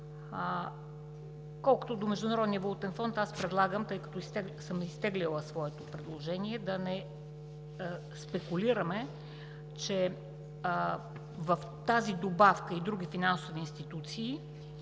Колкото до Международния валутен фонд, аз предлагам, тъй като съм оттеглила своето предложение, да не спекулираме, че в тази добавка – и други финансови институции,